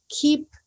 keep